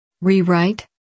Rewrite